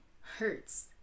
hurts